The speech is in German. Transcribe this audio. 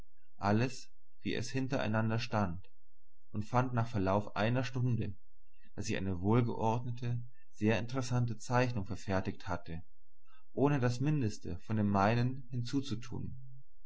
alles wie es hinter einander stand und fand nach verlauf einer stunde daß ich eine wohlgeordnete sehr interessante zeichnung verfertigt hatte ohne das mindeste von dem meinen hinzuzutun